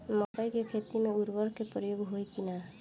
मकई के खेती में उर्वरक के प्रयोग होई की ना?